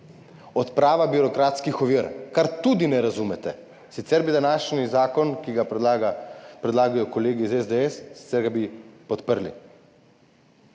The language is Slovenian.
odprava birokratskih ovir, česar tudi ne razumete, sicer bi današnji zakon, ki ga predlagajo kolegi iz SDS, podprli.